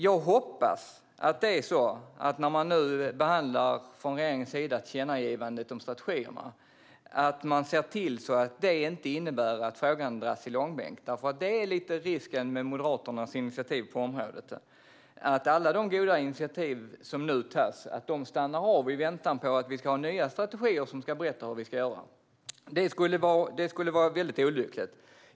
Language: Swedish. Jag hoppas att man, när man nu från regeringens sida behandlar tillkännagivandet om strategierna, ser till att det inte innebär att frågan dras i långbänk. Detta är risken med Moderaternas initiativ på området: att alla de goda initiativ som nu tas stannar av i väntan på nya strategier som ska berätta hur vi ska göra. Det skulle vara väldigt olyckligt.